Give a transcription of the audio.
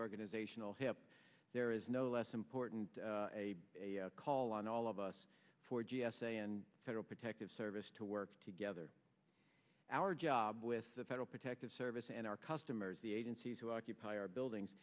organizational help there is no less important a call on all of us for g s a and federal protective service to work together our job with the federal protective service and our customers the agencies who occupy our buildings